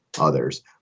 others